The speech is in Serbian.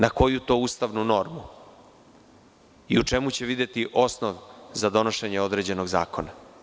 Na koju to ustavnu normu i u čemu će videti osnov za donošenje određenog zakona?